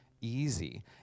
easy